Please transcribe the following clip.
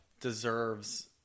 deserves